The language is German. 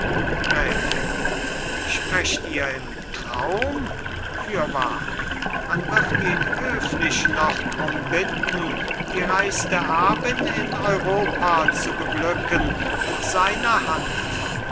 gräfin sprecht ihr im traum fürwahr man wird ihn höflich noch drum bitten die reichste erbin in europa zu beglücken mit seiner hand